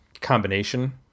combination